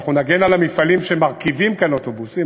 ואנחנו נגן על המפעלים שמרכיבים כאן אוטובוסים,